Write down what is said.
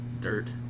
dirt